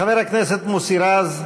חבר הכנסת מוסי רז,